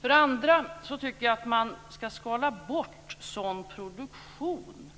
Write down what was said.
För det andra tycker jag att man skall skala bort sådan produktion